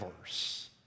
verse